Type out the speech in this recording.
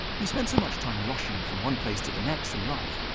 we spend so much time rushing from one place to the next in life,